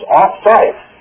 off-site